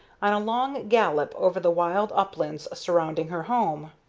on a long gallop over the wild uplands surrounding her home.